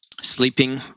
Sleeping